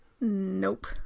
Nope